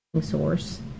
source